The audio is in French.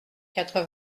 quatre